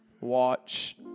watch